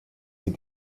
sie